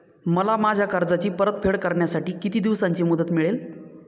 मला माझ्या कर्जाची परतफेड करण्यासाठी किती दिवसांची मुदत मिळेल?